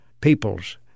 peoples